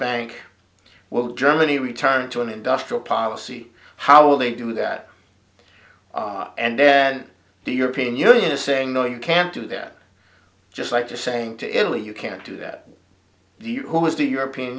bank will germany return to an industrial policy how will they do that and then the european union is saying no you can't do that just like to saying to italy you can't do that who is the european